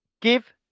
Give